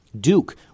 Duke